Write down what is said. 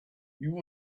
you